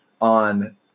on